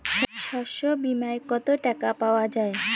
শস্য বিমায় কত টাকা পাওয়া যায়?